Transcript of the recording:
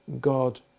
God